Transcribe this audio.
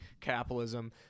capitalism